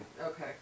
okay